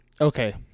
okay